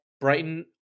Brighton